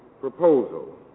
proposal